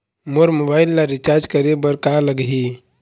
मोर mobile ला recharge करे बर का लगही?